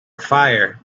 fire